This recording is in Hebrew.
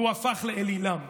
והוא הפך לאלילם.